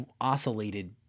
oscillated